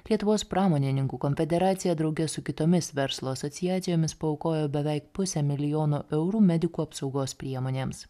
lietuvos pramonininkų konfederacija drauge su kitomis verslo asociacijomis paaukojo beveik pusę milijono eurų medikų apsaugos priemonėms